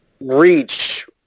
reach